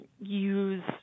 use